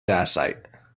dacite